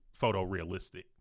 photorealistic